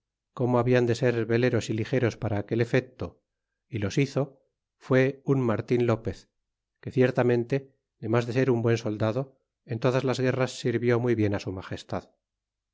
corno habian de ser veleros y ligeros para aquel elido y los hizo fue un martin lopez que ciertamente damas de ser un buen soldado en todas las guerras sirvió muy bien su magestad